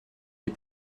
les